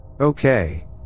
Okay